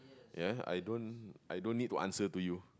I don't need to answer to you